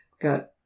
got